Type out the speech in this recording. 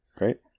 Right